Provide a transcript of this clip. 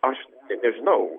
aš nežinau